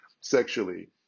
sexually